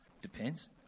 Depends